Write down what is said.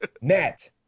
Nat